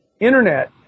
internet